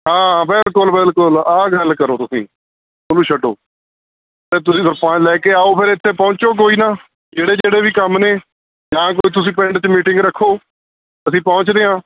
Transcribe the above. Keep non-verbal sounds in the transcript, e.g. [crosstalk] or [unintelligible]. ਹਾਂ ਬਿਲਕੁਲ ਬਿਲਕੁਲ ਆਹ ਗੱਲ ਕਰੋ ਤੁਸੀਂ ਉਹਨੂੰ ਛੱਡੋ ਫਿਰ ਤੁਸੀਂ [unintelligible] ਲੈ ਕੇ ਆਓ ਫਿਰ ਇੱਥੇ ਪਹੁੰਚੋ ਕੋਈ ਨਾ ਜਿਹੜੇ ਜਿਹੜੇ ਵੀ ਕੰਮ ਨੇ ਜਾਂ ਕੋਈ ਤੁਸੀਂ ਪਿੰਡ 'ਚ ਮੀਟਿੰਗ ਰੱਖੋ ਅਸੀਂ ਪਹੁੰਚਦੇ ਹਾਂ